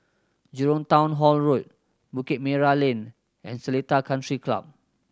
Jurong Town Hall Road Bukit Merah Lane and Seletar Country Club